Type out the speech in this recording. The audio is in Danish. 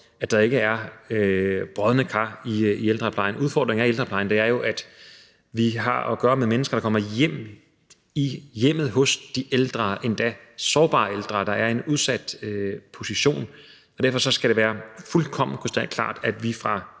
at der ikke er brodne kar i ældreplejen. Udfordringen i ældreplejen er jo, at vi har at gøre med mennesker, der kommer hjem i hjemmet hos de ældre, endda sårbare ældre, der er i en udsat position, og derfor skal det være fuldkommen krystalklart, at vi fra